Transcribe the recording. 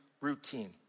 routine